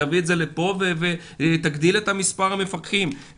תביא את זה לפה ותגדיל את מספר המפקחים.